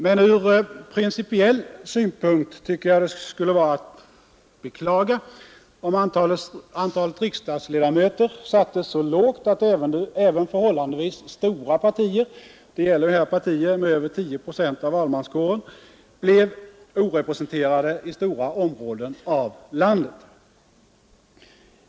Men ur principiell synpunkt tycker jag det skulle vara att beklaga, om antalet riksdagsledamöter sattes så lågt att även förhållandevis stora partier — det gäller här partier med över 10 procent av valmanskåren — blev orepresenterade i stora områden av landet.